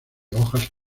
hojas